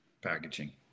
Packaging